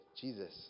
Jesus